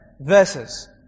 verses